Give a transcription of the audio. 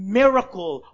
miracle